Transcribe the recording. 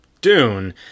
Dune